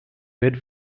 good